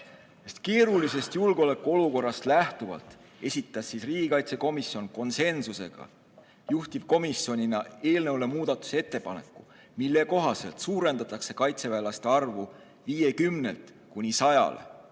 Keerulisest julgeolekuolukorrast lähtuvalt esitas riigikaitsekomisjon (konsensusega) juhtivkomisjonina eelnõu kohta muudatusettepaneku, mille kohaselt suurendatakse kaitseväelaste arvu 50-lt kuni 100-ni.